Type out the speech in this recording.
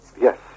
Yes